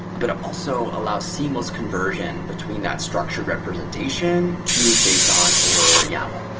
but also allow seamless conversion between that structured representation to json or yaml.